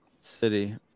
City